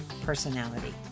personality